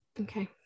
Okay